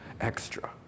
extra